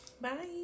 Bye